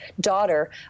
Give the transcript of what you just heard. daughter